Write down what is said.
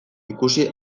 ikusi